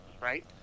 right